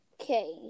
Okay